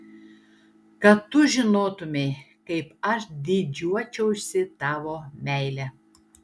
kad tu žinotumei kaip aš didžiuočiausi tavo meile